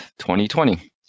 2020